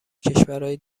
کشورای